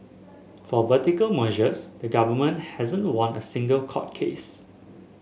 for vertical mergers the government hasn't won a single court case